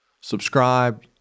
subscribe